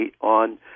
on